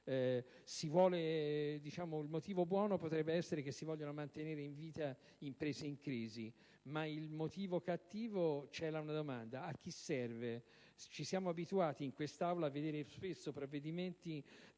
Il motivo buono potrebbe essere la volontà di mantenere in vita imprese in crisi, ma il motivo cattivo cela una domanda: a chi serve? Ci siamo abituati, in quest'Aula, ad esaminare provvedimenti